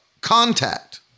contact